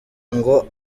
ngo